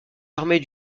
armées